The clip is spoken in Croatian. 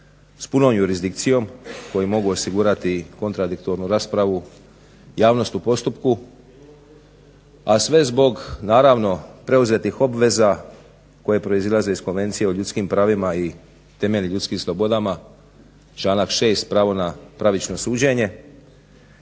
s punom jurisdikcijom koji mogu osigurati kontradiktornu raspravu javnost u postupku, a sve zbog naravno preuzetih obveza koje proizlaze iz Konvencije o ljudskim pravima i temeljnim ljudskim slobodama, članak 6. – Pravo na pravično suđenje.